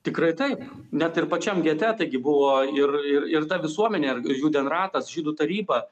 tikrai taip net ir pačiam gete taigi buvo ir ir ir ta visuomenė ar judenratas žydų taryba